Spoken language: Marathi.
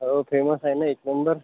हो फेमस आहे ना एक नंबर